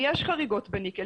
יש חריגות בניקל.